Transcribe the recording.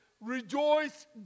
rejoice